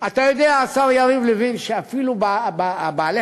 אתה יודע, השר יריב לוין, שאפילו בעלי-החיים,